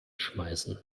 schmeißen